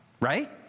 Right